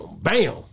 Bam